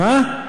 הוא